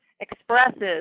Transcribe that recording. expresses